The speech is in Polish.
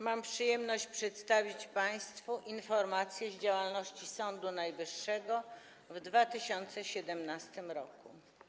Mam przyjemność przedstawić państwu informację o działalności Sądu Najwyższego w 2017 r.